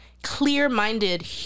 clear-minded